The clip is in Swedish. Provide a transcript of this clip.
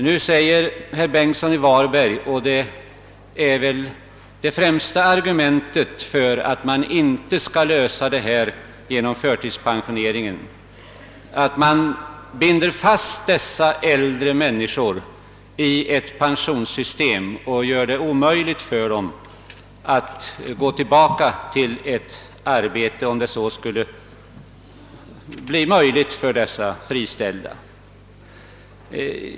Herr Bengtsson i Varberg sade — och det är väl det främsta argumentet för att man inte skall lösa detta problem genom förtidspensionering — att man binder fast dessa äldre människor i ett pensionssystem och gör det omöjligt för dem att gå tillbaka till ett arbete, om ett sådant skulle erbjudas dem.